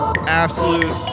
Absolute